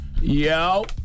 Yo